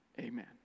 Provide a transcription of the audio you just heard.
amen